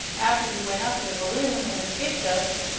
after you went up in a balloon, and escaped us,